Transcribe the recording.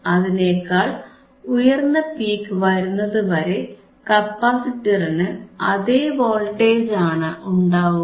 അതിനേക്കാൾ ഉയർന്ന പീക്ക് വരുന്നതുവരെ കപ്പാസിറ്ററിന് അതേ വോൾട്ടേജ് ആണ് ഉണ്ടാവുക